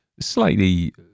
slightly